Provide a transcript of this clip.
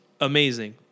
amazing